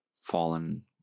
fallen